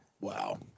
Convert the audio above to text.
Wow